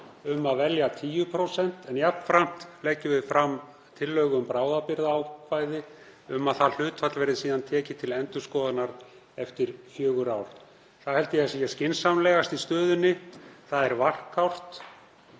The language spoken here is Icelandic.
um að velja 10%. Jafnframt leggjum við fram tillögu um bráðabirgðaákvæði um að hlutfallið verði síðan tekið til endurskoðunar eftir fjögur ár. Það held ég að sé skynsamlegast í stöðunni. Það er varkárt